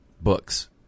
books